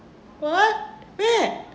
what where